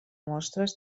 mostres